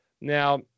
Now